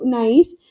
nice